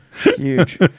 Huge